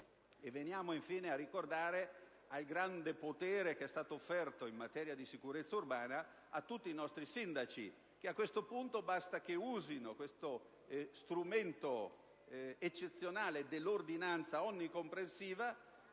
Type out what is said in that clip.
donne. Infine, vi rammento il grande potere offerto in materia di sicurezza urbana a tutti i nostri sindaci. A questo punto, basta che usino detto strumento eccezionale dell'ordinanza onnicomprensiva,